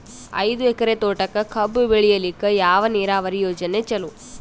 ಐದು ಎಕರೆ ತೋಟಕ ಕಬ್ಬು ಬೆಳೆಯಲಿಕ ಯಾವ ನೀರಾವರಿ ಯೋಜನೆ ಚಲೋ?